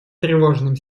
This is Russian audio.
тревожным